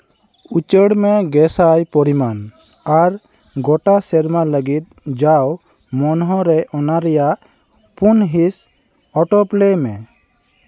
ᱩᱪᱟᱹᱲ ᱢᱮ ᱜᱮ ᱥᱟᱭ ᱯᱚᱨᱤᱢᱟᱱ ᱟᱨ ᱜᱚᱴᱟ ᱥᱮᱨᱢᱟ ᱞᱟᱹᱜᱤᱫ ᱡᱟᱣ ᱢᱟᱹᱦᱱᱟᱹ ᱨᱮ ᱚᱱᱟ ᱨᱮᱭᱟᱜ ᱯᱩᱱ ᱦᱤᱸᱥ ᱚᱴᱳᱯᱞᱮᱭ ᱢᱮ